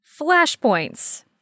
flashpoints